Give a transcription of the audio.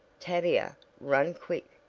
tavia, run quick,